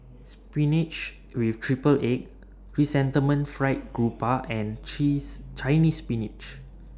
Spinach with Triple Egg Chrysanthemum Fried Garoupa and Cheese Chinese Spinach